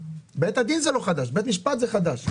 בית הדין זה לא חדש, בית משפט זה חדש.